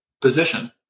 position